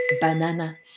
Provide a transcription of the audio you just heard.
banana